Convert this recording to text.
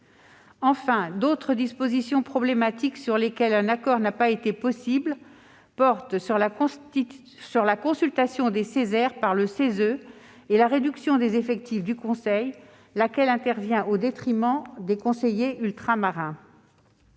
il y a d'autres dispositions problématiques sur lesquelles un accord n'a pas été possible. C'est le cas de la consultation des Ceser par le CESE et de la réduction des effectifs du Conseil, laquelle intervient au détriment des conseillers ultramarins.